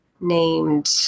named